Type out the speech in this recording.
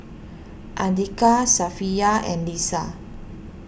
Andika Safiya and Lisa